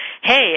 hey